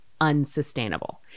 unsustainable